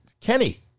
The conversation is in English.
Kenny